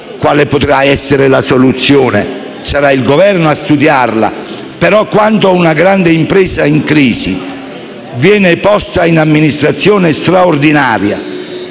quale potrà essere la soluzione - sarà il Governo a studiarla - però, quando una grande impresa in crisi viene posta in amministrazione straordinaria,